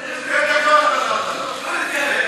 שתי דקות נתת לה.